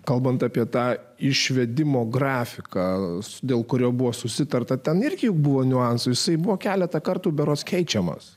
kalbant apie tą išvedimo grafiką dėl kurio buvo susitarta ten irgi buvo niuansų jisai buvo keletą kartų berods keičiamas